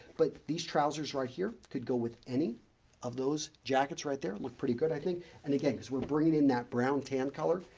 but these trousers right here could go with any of those jackets right there like good i think and, again, because we're bringing in that brown tan color.